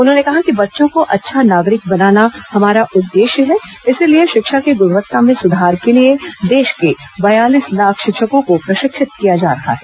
उन्होंने कहा कि बच्चों को अच्छा नागरिक बनाना हमारा उद्देश्य है इसलिए शिक्षा की गुणवत्ता में सुधार के लिए देश के बयालीस लाख शिक्षकों को प्रशिक्षित किया जा रहा है